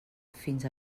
fins